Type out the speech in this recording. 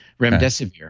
Remdesivir